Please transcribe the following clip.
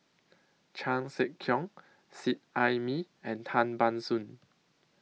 Chan Sek Keong Seet Ai Mee and Tan Ban Soon